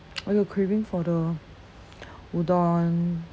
I got craving for the udon